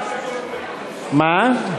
מה?